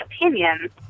opinion